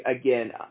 Again